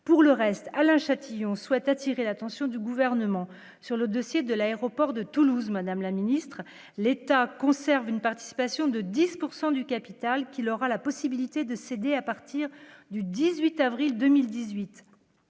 pour le reste, Alain Châtillon souhaite attirer l'attention du gouvernement sur le dossier de l'aéroport de Toulouse-Madame la Ministre, l'État conserve une participation de 10 pourcent du capital qu'il aura la possibilité de céder à partir du 18 avril 2018,